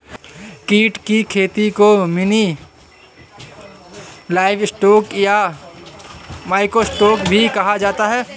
कीट की खेती को मिनी लाइवस्टॉक या माइक्रो स्टॉक भी कहा जाता है